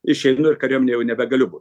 išeinu ir kariuomenėj jau nebegaliu būt